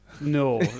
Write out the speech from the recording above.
No